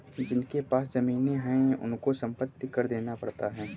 जिनके पास जमीने हैं उनको संपत्ति कर देना पड़ता है